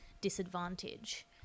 disadvantage